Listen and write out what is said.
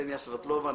קסניה סבטלובה,